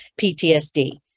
PTSD